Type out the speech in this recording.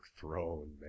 Throne